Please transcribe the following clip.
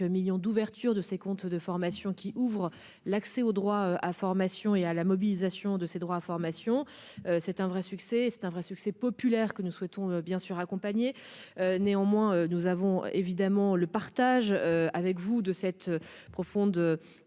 millions d'ouverture de ses comptes de formation qui ouvre l'accès aux droits à formation et à la mobilisation de ses droits à formation c'est un vrai succès, c'est un vrai succès populaire que nous souhaitons bien sûr accompagné néanmoins nous avons évidemment le partage avec vous de cette profonde